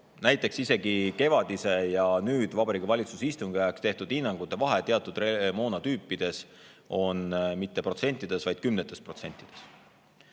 Näiteks isegi kevadise ja nüüd Vabariigi Valitsuse istungi ajaks tehtud hinnangute vahe teatud moonatüüpide puhul on mitte protsentides, vaid kümnetes protsentides.